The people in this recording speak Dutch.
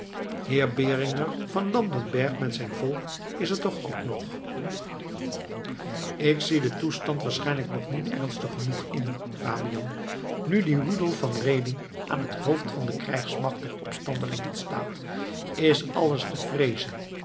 heer beringer van landenberg met zijn volk is er toch ook nog ik zie den toestand waarschijnlijk nog niet ernstig genoeg in fabian nu die rudolf van reding aan het hoofd van de krijgsmacht der opstandelingen staat is alles te vreezen